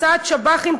הסעת שב"חים,